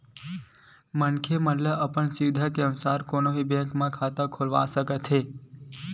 मनखे मन अपन सुबिधा के अनुसार कोनो भी बेंक म खाता खोलवा सकत हे